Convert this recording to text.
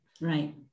Right